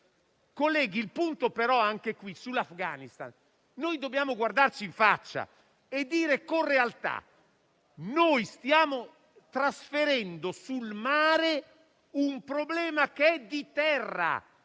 Colleghi, il punto però, anche qui, come sull'Afghanistan, è che dobbiamo guardarci in faccia e dire con realtà che stiamo trasferendo sul mare un problema di terra.